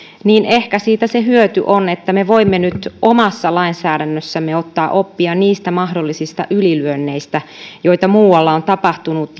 ehkä siitä se hyöty on että me voimme nyt omassa lainsäädännössämme ottaa oppia niistä mahdollisista ylilyönneistä joita muualla on tapahtunut